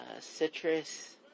citrus